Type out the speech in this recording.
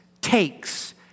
takes